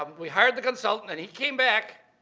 um we hired the consultant and he came back,